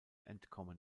entkommen